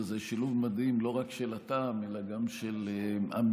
שזה שילוב מדהים לא רק של הטעם אלא גם של המגוון